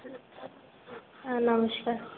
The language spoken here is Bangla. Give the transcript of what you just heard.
হ্যাঁ নমস্কার